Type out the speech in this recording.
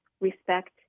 respect